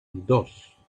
dos